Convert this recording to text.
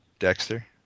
Dexter